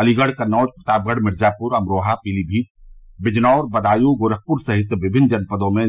अलीगढ़ कन्नौज प्रतापगढ़ मिर्जापुर अमरोहा पीलीभीत बिजनौर बदायूं गोरखपुर सहित विभिन्न जनपदों में